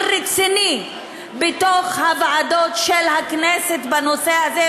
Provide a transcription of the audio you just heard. רציני בתוך הוועדות של הכנסת בנושא הזה,